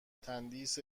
تندیس